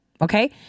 okay